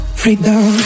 freedom